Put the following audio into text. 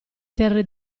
terre